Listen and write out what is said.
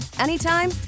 anytime